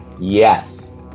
yes